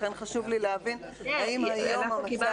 לכן חשוב לי להבין האם היום המצב מאפשר --- יש,